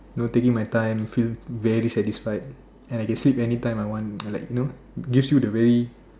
you know taking my time feel very satisfied and I can sleep anytime I want like you know gives you the very